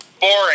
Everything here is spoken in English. boring